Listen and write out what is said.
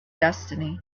destiny